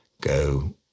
go